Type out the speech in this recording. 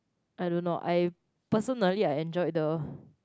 I don't know I personally I enjoy the